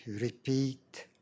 repeat